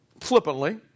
flippantly